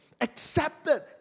accepted